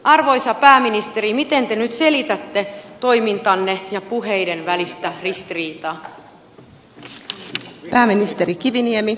arvoisa pääministeri miten te nyt selitätte toimintanne ja puheidenne välistä ristiriitaa